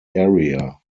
area